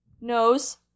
Nose